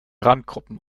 randgruppen